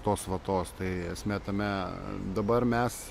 tos vatos tai esmė tame dabar mes